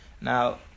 Now